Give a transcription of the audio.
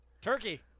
Turkey